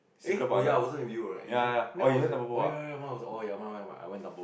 eh oh ya it wasn't with you right is it then I was with oh ya ya ya I went Tanpo~